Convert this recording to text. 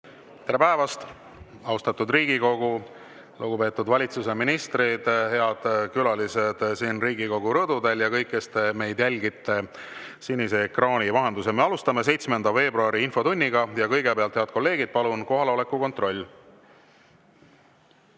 Tere päevast, austatud Riigikogu! Lugupeetud valitsuse ministrid! Head külalised siin Riigikogu rõdudel ja kõik, kes te meid jälgite sinise ekraani vahendusel! Me alustame 7. veebruari infotundi. Kõigepealt, head kolleegid, palun teeme kohaloleku kontrolli!